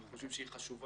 אנחנו חושבים שהיא חשובה.